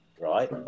right